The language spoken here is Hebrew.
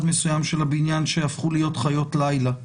מסוים של הבניין שהפכו להיות חיות לילה.